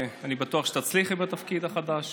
אני בטוח שתצליחי בתפקיד החדש,